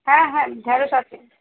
হ্যাঁ হ্যাঁ ঢেঁড়স আছে